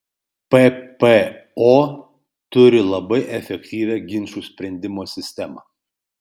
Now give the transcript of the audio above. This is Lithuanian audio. ppo turi labai efektyvią ginčų sprendimo sistemą